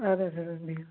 اَدٕ حظ اَد حظ بِہِو